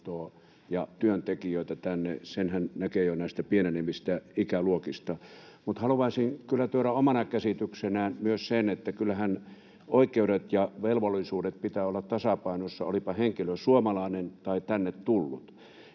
ja työntekijöitä tänne, senhän näkee jo näistä pienenevistä ikäluokista. Mutta haluaisin kyllä tuoda omana käsityksenäni myös sen, että kyllähän oikeuksien ja velvollisuuksien pitää olla tasapainossa, olipa henkilö suomalainen tai tänne tullut.